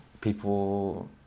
people